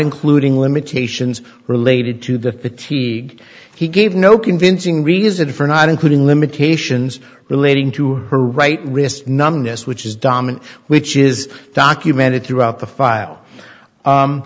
including limitations related to the fatigue he gave no convincing reason for not including limitations relating to her right wrist numbness which is dominant which is documented throughout the file